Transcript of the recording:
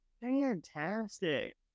fantastic